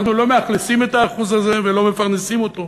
אנחנו לא מאכלסים את האחוז הזה ולא מפרנסים אותו.